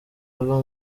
ava